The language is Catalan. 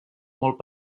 molt